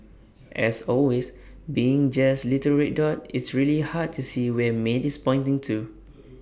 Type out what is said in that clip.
as always being just the little red dot it's really hard to see where maid is pointing to